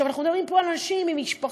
אנחנו מדברים פה על אנשים עם משפחות,